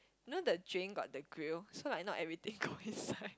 you know the drain got the grill so like not everything go inside